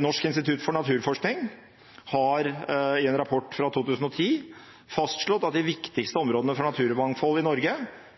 Norsk institutt for naturforskning har i en rapport fra 2010 fastslått at de viktigste områdene for naturmangfold i Norge